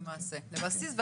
למעשה מדברים על הבסיס.